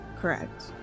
correct